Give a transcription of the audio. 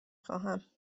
خواهم